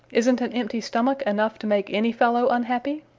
isn't an empty stomach enough to make any fellow unhappy?